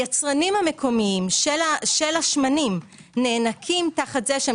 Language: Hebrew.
היצרנים המקומיים של השמנים נאנקים תחת זה שהם